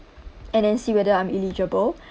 and then see whether I'm eligible